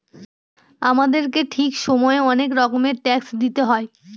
আমাদেরকে ঠিক সময়ে অনেক রকমের ট্যাক্স দিতে হয়